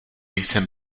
jsem